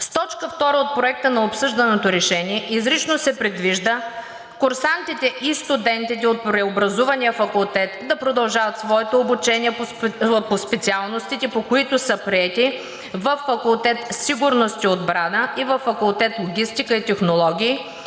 С точка втора от Проекта на обсъжданото решение изрично се предвижда курсантите и студентите от преобразувания факултет да продължат своето обучение по специалностите, по които са приети, във факултет „Сигурност и отбрана“ или във факултет „Логистика и технологии“,